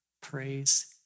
Praise